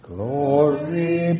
Glory